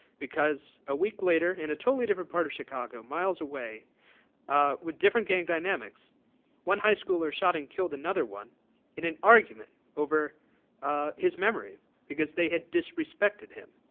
a week later in a totally different part of chicago miles away with different game dynamics one highschooler shot and killed another one in an argument over his memory because they had disrespected him.